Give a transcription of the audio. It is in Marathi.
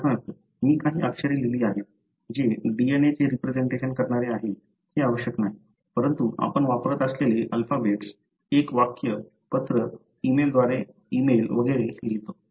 उदाहरणार्थ मी काही अक्षरे लिहिली आहेत जे DNA चे रिप्रेसेंटेशन करणारे आहेत हे आवश्यक नाही परंतु आपण वापरत असलेले अल्फाबेट्स एक वाक्य पत्र ई मेल वगैरे लिहितो